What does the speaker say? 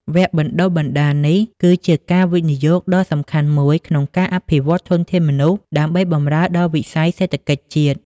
វគ្គបណ្តុះបណ្តាលនេះគឺជាការវិនិយោគដ៏សំខាន់មួយក្នុងការអភិវឌ្ឍធនធានមនុស្សដើម្បីបម្រើដល់វិស័យសេដ្ឋកិច្ចជាតិ។